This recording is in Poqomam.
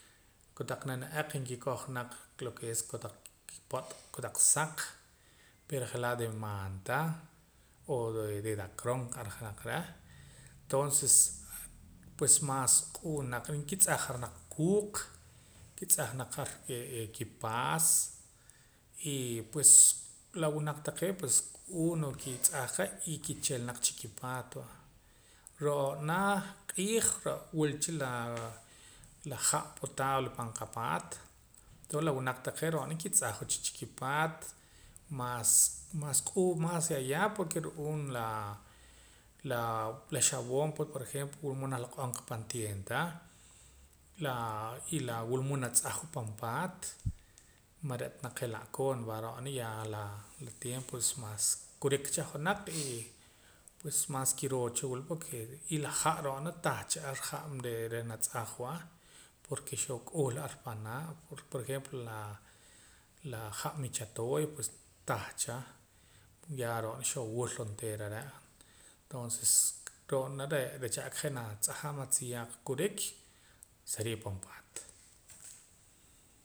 Kotaq nana'aq nkikoj naq lo ke es kotaq kipo't kotaq saq pero je'laa' de maanta o de dacrón nq'arja naq reh tonses pues mas q'uun naq nkitz'ajara naq kuuq nkitz'aj naq ar kipaas y pues la winaq taqee' pues q'uun n'oo kitz'aaj qa y ki'chilanaq chikipaat ro'na q'iij wulcha laa la ha' potable pan qapaat tonces la winaq taqee' ro'na ki'tz'ajwa cha chi'kipaat maas q'uun maas yaya porque ru'uun la laa xawoon pue por ejemplo wila mood naloq'on qa pan tieenta laa y wila mood natz'ajwa pan paat man re'ta naq je' la'koon va ro'na la tiempos mas kurik cha ojonaq y pues mas kiroo cha wula porque y la ha' ro'na tah cha ar ha' reh natz'ajwa porque xoo k'uhla ar panaa' por ejemplo la laa ha' michatoya pues tah cha yaa ro'na xoo wul onteera are' toonses ro'na re' recha'ka je' natz'ajam atziyaaq kurik seria pan paat